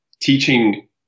teaching